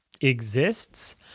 exists